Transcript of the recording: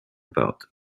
about